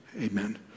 Amen